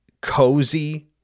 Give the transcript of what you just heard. cozy